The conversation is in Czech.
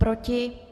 Proti?